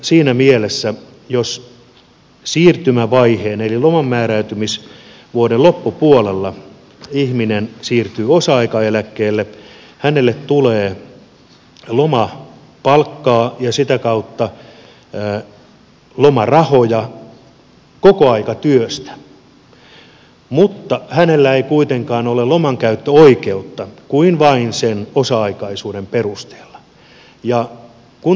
siinä mielessä jos siirtymävaiheessa eli lomanmääräytymisvuoden loppupuolella ihminen siirtyy osa aikaeläkkeelle hänelle tulee lomapalkkaa ja sitä kautta lomarahoja kokoaikatyöstä mutta hänellä ei kuitenkaan ole lomankäyttöoikeutta kuin vain sen osa aikaisuuden perusteella